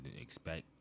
Expect